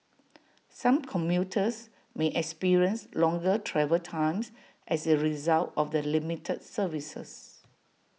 some commuters may experience longer travel times as A result of the limited services